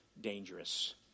dangerous